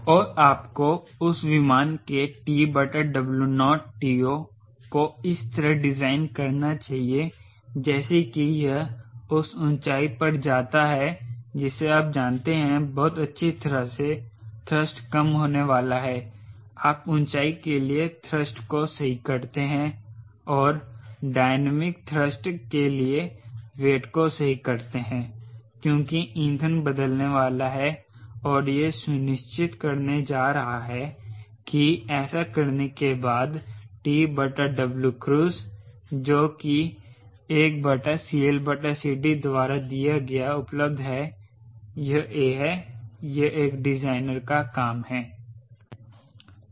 और आपको उस विमान के TWoTO को इस तरह डिजाइन करना चाहिए जैसे कि यह उस ऊंचाई पर जाता है जिसे आप जानते हैं बहुत अच्छी तरह से थ्रस्ट कम होने वाला है आप ऊंचाई के लिए थ्रस्ट को सही करते हैं और और डायनामिक थ्रस्ट के लिए वेट को सही करते हैं क्योंकि ईंधन बदलने वाला है और यह सुनिश्चित करने जा रहा है कि ऐसा करने के बाद TWcruise जो कि 1CLCD द्वारा दिया गया उपलब्ध है वह a है यह एक डिजाइनर का काम है